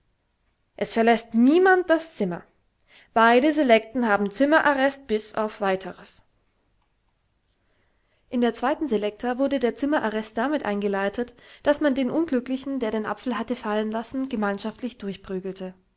es verläßt niemand das zimmer beide selekten haben zimmerarrest bis auf weiteres in der zweiten selekta wurde der zimmerarrest damit eingeleitet daß man den unglücklichen der den apfel hatte fallen lassen gemeinschaftlich durchprügelte